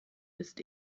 ist